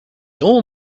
all